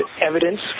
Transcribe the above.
evidence